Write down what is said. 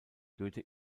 goethe